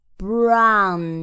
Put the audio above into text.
brown